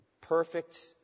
perfect